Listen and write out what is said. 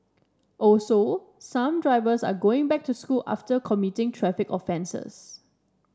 also some drivers are going back to school after committing traffic offences